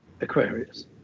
Aquarius